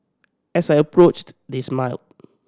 as I approached they smiled